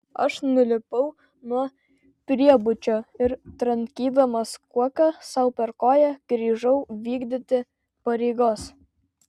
aš nulipau nuo priebučio ir trankydamas kuoka sau per koją grįžau vykdyti pareigos